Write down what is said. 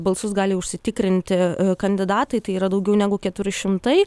balsus gali užsitikrinti kandidatai tai yra daugiau negu keturi šimtai